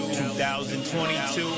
2022